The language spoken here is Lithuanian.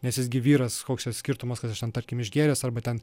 nes jis gi vyras koks ten skirtumas kad aš tarkim išgėręs arba ten